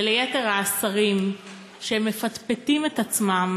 וליתר השרים שמפטפטים את עצמם